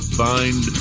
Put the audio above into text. find